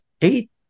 eight